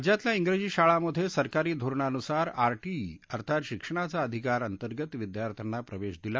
राज्यातल्या प्रिजी शाळांमध्ये सरकारी धोरणानुसार आरटीई अर्थात शिक्षणाचा अधिकार अंतर्गत विद्यार्थ्यांना प्रवेश दिला